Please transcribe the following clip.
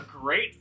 great